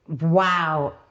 wow